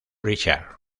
richard